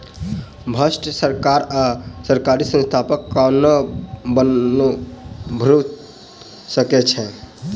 भ्रष्ट सरकार आ सरकारी संस्थानक कारणें वनोन्मूलन भ सकै छै